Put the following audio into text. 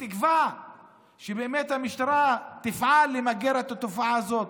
בתקווה שהמשטרה תפעל למגר את התופעה הזאת